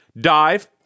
dive